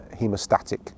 hemostatic